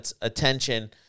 attention –